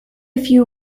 few